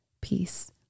peace